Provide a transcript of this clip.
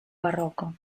barroco